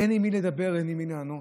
אין עם מי לדבר ואין מי שיענה,